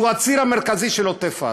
שהוא הציר המרכזי של עוטף עזה.